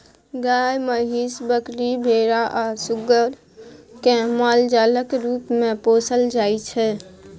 गाय, महीस, बकरी, भेरा आ सुग्गर केँ मालजालक रुप मे पोसल जाइ छै